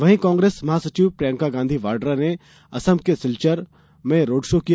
वहीं कांग्रेस महासचिव प्रियंका गांधी वाड्रा ने असम में सिल्म्र में रोड शो किया